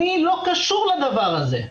אני לא קשור לזה.